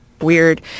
weird